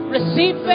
receive